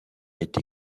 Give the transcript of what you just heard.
été